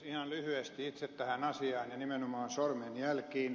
ihan lyhyesti itse tähän asiaan ja nimenomaan sormenjälkiin